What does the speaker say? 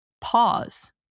pause